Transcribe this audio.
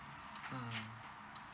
um